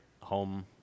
home